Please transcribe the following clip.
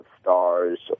stars